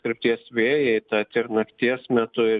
krypties vėjai tad ir nakties metu